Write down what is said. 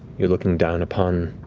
you're looking down upon.